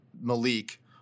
Malik